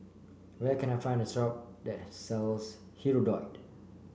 where can I find the shop that sells Hirudoid